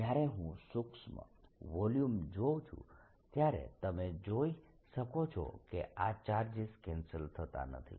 જ્યારે હું સૂક્ષ્મ વોલ્યુમ જોઉં છું ત્યારે તમે જોઈ શકો છો કે આ ચાર્જીસ કેન્સલ થતા નથી